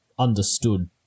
understood